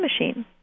machine